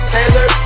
Taylor